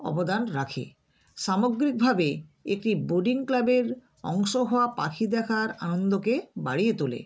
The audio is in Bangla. অবদান রাখে সামগ্রিকভাবে একটি বার্ডিং ক্লাবের অংশ হওয়া পাখি দেখার আনন্দকে বাড়িয়ে তোলে